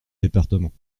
départements